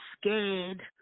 scared